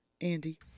Andy